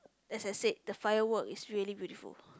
as I said the firework is really beautiful